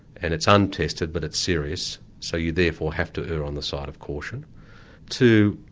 and it's untested but it's serious, so you therefore have to err on the side of caution two,